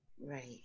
Right